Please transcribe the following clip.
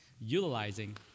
utilizing